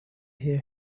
hear